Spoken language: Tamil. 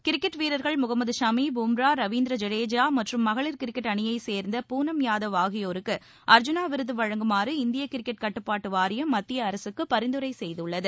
கிரிக்கெட் வீரர்கள் முகமது ஷமி பும்ரா ரவீந்திர ஐடேஜா மற்றும் மகளிர் கிரிக்கெட் அணியைச் சேர்ந்த பூ னம் யாதவ் ஆகியோரு அர்ஜூனா விருது வழங்குமாறு இந்திய கிரிக்கெட் கட்டுப்பாட்டு வாரியம் மத்திய அரசுக்கு பரிந்துரைத்துள்ளது